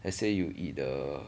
I say you eat the